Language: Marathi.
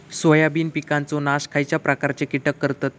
सोयाबीन पिकांचो नाश खयच्या प्रकारचे कीटक करतत?